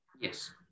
Yes